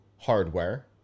Hardware